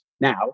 Now